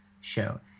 show